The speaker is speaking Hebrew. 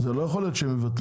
לא יכול להיות שיבטלו.